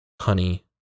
honey